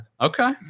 Okay